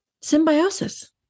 symbiosis